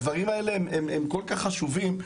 הדברים האלה הם כל כך חשובים,